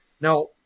now